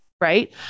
right